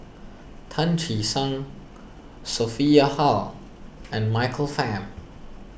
Tan Che Sang Sophia Hull and Michael Fam